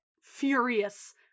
furious